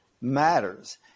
matters